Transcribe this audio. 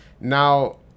Now